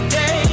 day